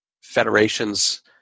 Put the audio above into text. federations